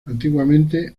antiguamente